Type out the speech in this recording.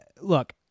look